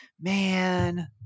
Man